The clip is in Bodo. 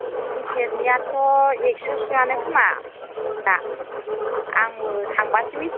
केसेरनियाथ' एक छ' सोआनो खोमा दा आंबो थांबासो मिथिगोन दा उम